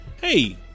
hey